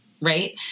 right